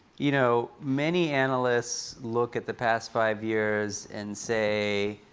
you know, many analysts look at the past five years and say,